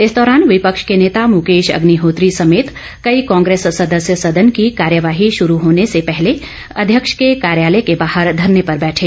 इस दौरान विपक्ष के नेता मुकेश अग्निहोत्री समेत कई कांग्रेस सदस्य सदन की कार्यवाही शुरू होने से पहले अध्यक्ष के कार्यालय के बाहर धरने पर बैठे